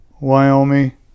Wyoming